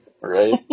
Right